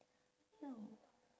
ya